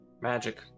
Magic